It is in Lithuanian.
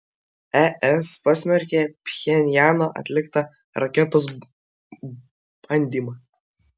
es pasmerkė pchenjano atliktą raketos bandymą